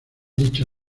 dicho